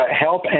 help